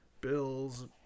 bills